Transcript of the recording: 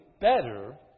better